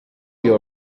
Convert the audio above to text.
you